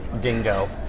dingo